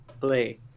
play